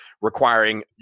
requiring